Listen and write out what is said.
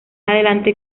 adelante